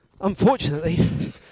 unfortunately